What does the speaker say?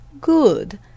good